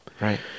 Right